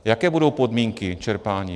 Jaké budou podmínky čerpání?